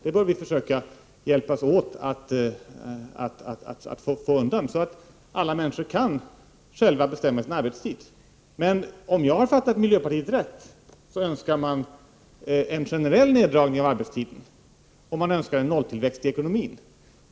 Där bör vi hjälpas åt att få undan denna brist så att alla människor själva skall kunna bestämma sin arbetstid. Men om jag har förstått miljöpartiet rätt, önskar man en generell neddragning av arbetstiden, och man önskar en nolltillväxt i ekonomin.